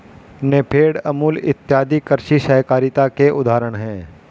नेफेड, अमूल इत्यादि कृषि सहकारिता के उदाहरण हैं